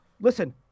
Listen